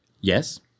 Yes